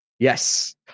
yes